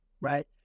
right